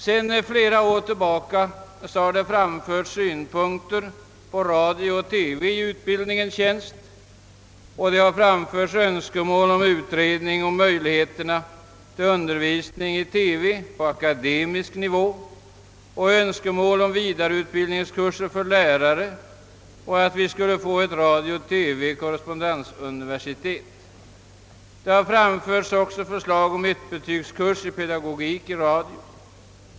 Sedan flera år tillbaka har det framförts synpunkter om radio och TV i utbildningens tjänst, och det har framlagts önskemål om utredning angående möjligheterna till undervisning i TV på akademisk nivå liksom om vidareutbildningskurser för lärare. Det har också föreslagits ett radio-TV-korrespondensinstitut samt ettbetygskurs i pedagogik i radio.